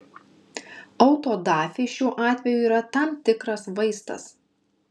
autodafė šiuo atveju yra tam tikras vaistas